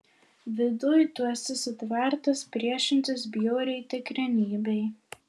viduj tu esi sutvertas priešintis bjauriai tikrenybei